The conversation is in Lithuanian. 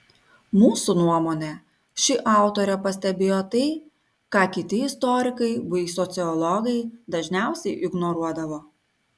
mūsų nuomone ši autorė pastebėjo tai ką kiti istorikai bei sociologai dažniausiai ignoruodavo